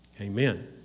Amen